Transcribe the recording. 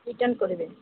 return କରିବେ